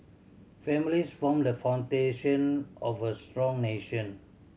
families form the foundation of a strong nation